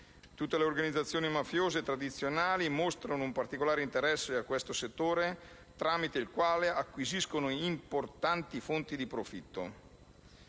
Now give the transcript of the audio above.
Tutte le organizzazioni mafiose tradizionali mostrano un particolare interesse a questo settore, tramite il quale acquisiscono importanti fonti di profitto;